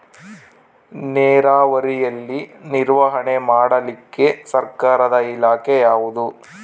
ನೇರಾವರಿಯಲ್ಲಿ ನಿರ್ವಹಣೆ ಮಾಡಲಿಕ್ಕೆ ಸರ್ಕಾರದ ಇಲಾಖೆ ಯಾವುದು?